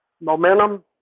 momentum